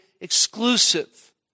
exclusive